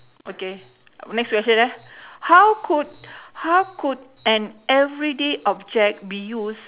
okay next question ah how could how could an everyday object be used